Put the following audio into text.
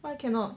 why cannot